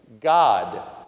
God